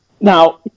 Now